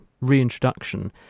reintroduction